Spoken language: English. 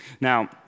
Now